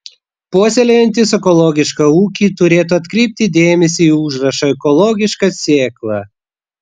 puoselėjantys ekologišką ūkį turėtų atkreipti dėmesį į užrašą ekologiška sėkla